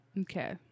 okay